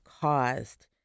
caused